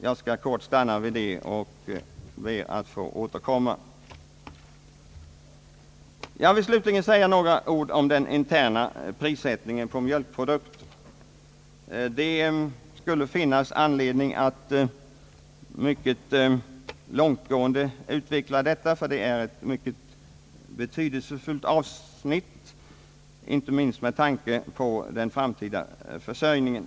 Jag skall kort stanna vid det och ber att få återkomma. Slutligen vill jag säga några ord om den interna prissättningen på mjölkprodukter. Det skulle finnas anledning att mycket långtgående utveckla detta, ty det är ett mycket betydelsefullt avsnitt, inte minst med tanke på den framtida försörjningen.